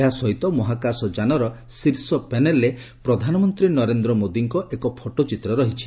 ଏହାସହିତ ମହାକାଶ ଯାନର ଶୀର୍ଷ ପ୍ୟାନେଲରେ ପ୍ରଧାନମନ୍ତ୍ରୀ ନରେନ୍ଦ୍ର ମୋଦିଙ୍କ ଏକ ଫଟୋଚିତ୍ର ରହିଛି